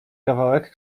kawałek